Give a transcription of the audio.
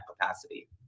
capacity